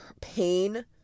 pain